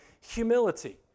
humility